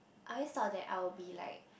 I always thought that I will be like